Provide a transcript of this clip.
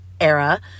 era